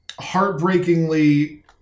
heartbreakingly